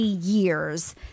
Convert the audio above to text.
years